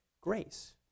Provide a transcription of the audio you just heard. grace